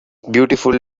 beautiful